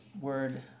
word